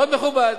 מאוד מכובד.